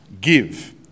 give